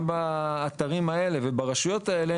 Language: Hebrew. גם באתרים האלה וברשויות האלה,